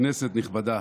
כנסת נכבדה,